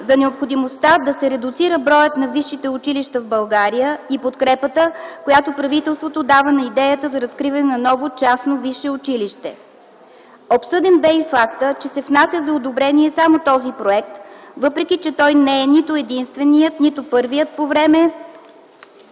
за необходимостта да се редуцира броят на висшите училища в България и подкрепата, която правителството дава на идеята за разкриване на ново частно висше училище. Обсъден бе и фактът, че се внася за одобрение само този проект, въпреки че той не е нито единственият, нито първият по време